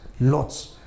lots